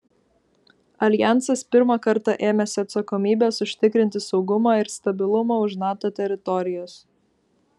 aljansas pirmą kartą ėmėsi atsakomybės užtikrinti saugumą ir stabilumą už nato teritorijos